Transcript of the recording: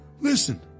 Listen